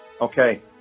Okay